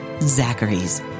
Zachary's